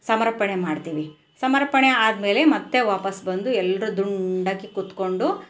ಸಮರ್ಪಣೆ ಮಾಡ್ತೀವಿ ಸಮರ್ಪಣೆ ಆದಮೇಲೆ ಮತ್ತೆ ವಾಪಾಸ್ಸು ಬಂದು ಎಲ್ಲರು ದುಂಡಾಗಿ ಕೂತುಕೊಂಡು